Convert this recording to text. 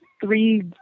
three